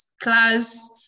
class